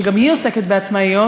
שגם היא עוסקת בעצמאיות,